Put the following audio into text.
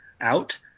out